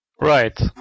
Right